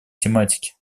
тематике